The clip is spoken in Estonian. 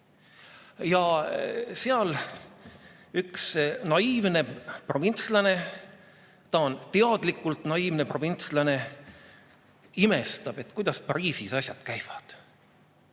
Seal üks naiivne provintslane, ta on teadlikult naiivne provintslane, imestab, kuidas Pariisis asjad käivad.